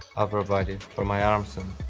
upper body, for my arms and